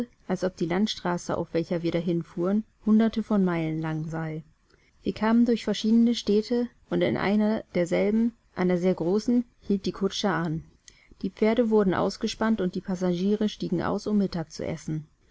als ob die landstraße auf welcher wir dahinfuhren hunderte von meilen lang sei wir kamen durch verschiedene städte und in einer derselben einer sehr großen hielt die kutsche an die pferde wurden ausgespannt und die passagiere stiegen aus um zu mittag zu essen